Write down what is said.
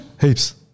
Heaps